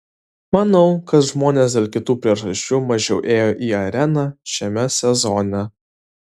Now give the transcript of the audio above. manau kad žmonės dėl kitų priežasčių mažiau ėjo į areną šiame sezone